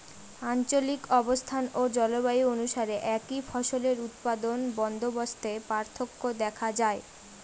আঞ্চলিক অবস্থান ও জলবায়ু অনুসারে একই ফসলের উৎপাদন বন্দোবস্তে পার্থক্য দেখা যায়